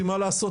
כי מה לעשות,